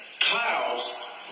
clouds